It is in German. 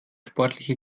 sportliche